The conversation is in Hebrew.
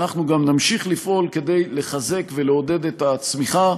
אנחנו גם נמשיך לפעול כדי לחזק ולעודד את הצמיחה.